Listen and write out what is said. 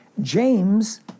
James